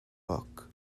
book